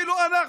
אנחנו,